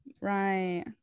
Right